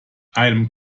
einem